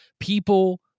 People